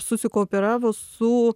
susikooperavo su